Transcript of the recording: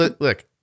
look